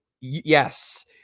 yes